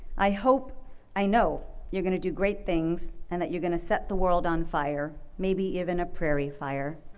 i hope i know you're going to do great things and that you're going to set the world on fire, maybe even a prairie fire.